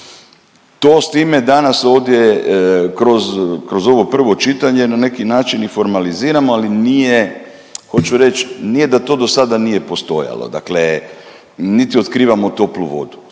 To s time danas ovdje kroz ovo prvo čitanje na neki način i formaliziramo, ali nije hoću reć, nije da to do sad nije postojalo, dakle niti otkrivamo toplu vodu.